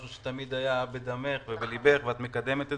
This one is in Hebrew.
שתמיד היה בדמך ובליבך ואת מקדמת אותו.